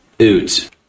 Oot